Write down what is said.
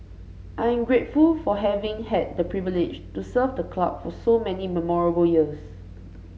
I am grateful for having had the privilege to serve the club for so many memorable years